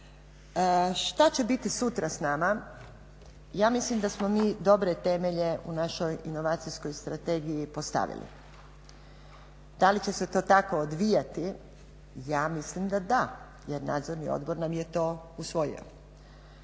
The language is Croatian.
Šta će biti sutra s nama, ja mislim da smo mi dobre temelje u našoj inovacijskoj strategiji postavili. Da li će se to tako odvijati, ja mislim da da, jer nadzorni odbor nam je to usvojio.